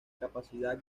capacidad